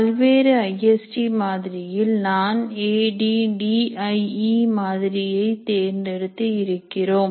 பல்வேறு I S D மாதிரியில் நான் A D D I E மாதிரியை தேர்ந்தெடுத்து இருக்கிறோம்